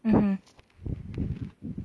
mmhmm